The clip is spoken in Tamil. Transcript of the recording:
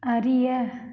அறிய